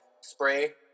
spray